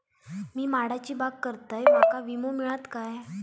मी माडाची बाग करतंय माका विमो मिळात काय?